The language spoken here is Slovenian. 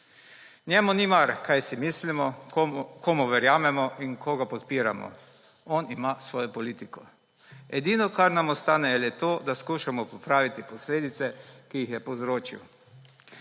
Njemu ni mar, kaj si mislimo, komu verjamemo in koga podpiramo, on ima svojo politiko. Edino, kar nam ostane, je le to, da skušamo popraviti posledice, ki jih je povzročil.